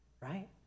right